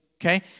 Okay